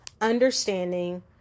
understanding